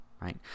right